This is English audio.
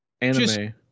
anime